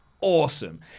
awesome